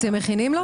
אתם מכינים לו?